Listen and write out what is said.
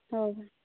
ହଉ